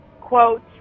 Quote